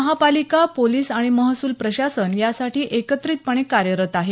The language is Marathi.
महापालिका पोलिस आणि महसूल प्रशासन यासाठी एकत्रितपणे कार्यरत आहे